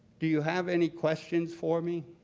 do you have any questions for me?